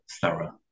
thorough